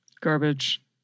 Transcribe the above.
Garbage